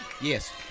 Yes